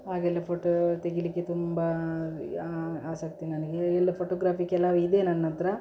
ಹಾಗೆಲ್ಲ ಫೋಟೋ ತೆಗಿಲಿಕ್ಕೆ ತುಂಬ ಆಸಕ್ತಿ ನನಗೆ ಎಲ್ಲ ಫೋಟೋಗ್ರಾಫಿ ಕೆಲವು ಇದೆ ನನ್ನ ಹತ್ರ